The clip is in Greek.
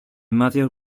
μάτια